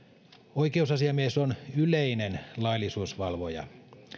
oikeusasiamies on yleinen laillisuusvalvoja